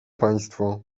państwo